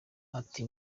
ati